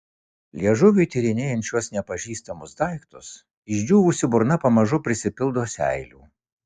liežuviui tyrinėjant šiuos nepažįstamus daiktus išdžiūvusi burna pamažu prisipildo seilių